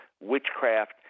witchcraft